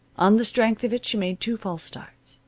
on the strength of it she made two false starts.